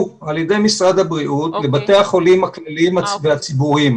על ידי משרד הבריאות לבתי החולים הכלליים והציבוריים,